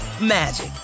magic